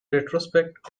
retrospect